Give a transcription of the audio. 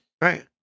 Right